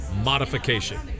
modification